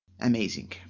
Amazing